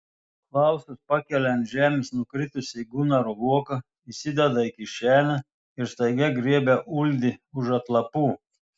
klausas pakelia ant žemės nukritusį gunaro voką įsideda į kišenę ir staiga griebia uldį už atlapų